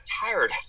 tired